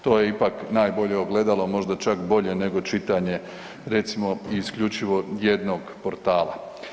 To je ipak najbolje ogledalo, možda čak bolje nego čitanje recimo i isključivo jednog portala.